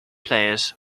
players